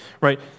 Right